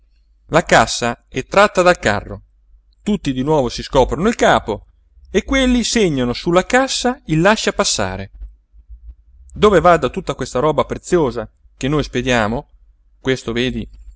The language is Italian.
la cassa è tratta dal carro tutti di nuovo si scoprono il capo e quelli segnano sulla cassa il lasciapassare dove vada tutta questa roba preziosa che noi spediamo questo vedi